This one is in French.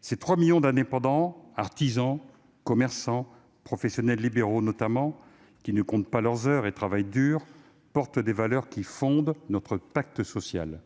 Ces 3 millions d'indépendants, artisans, commerçants, professionnels libéraux notamment, qui ne comptent pas leurs heures et travaillent dur, illustrent des valeurs qui fondent notre pacte social :